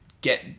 get